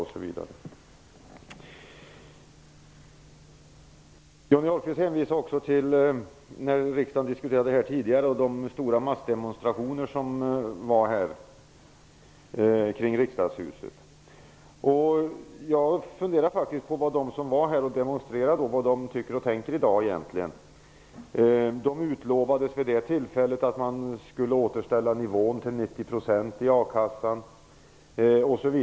Johnny Ahlqvist hänvisade också till när riksdagen diskuterade den här frågan tidigare och de stora massdemonstrationer som genomfördes kring riksdagshuset. Jag funderar faktiskt på vad de som var här och demonstrerade egentligen tycker och tänker i dag. De utlovades vid det tillfället att man skulle återställa nivån till 90 % i a-kassan.